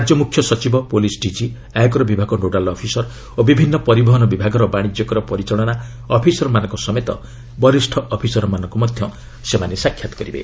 ରାଜ୍ୟ ମୁଖ୍ୟ ସଚିବ ପୁଲିସ୍ ଡିକି ଆୟକର ବିଭାଗ ନୋଡାଲ ଅଫିସର୍ ବିଭିନ୍ନ ପରିବହନ ବିଭାଗର ବାଣିଜ୍ୟକର ପରିଚାଳନା ଅଫିସରମାନଙ୍କ ସମେତ ବରିଷ୍ଣ ଅଫିସରମାନଙ୍କୁ ମଧ୍ୟ ସେମାନେ ସାକ୍ଷାତ କରିବେ